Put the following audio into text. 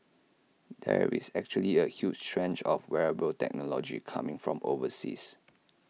there is actually A huge trend of wearable technology coming from overseas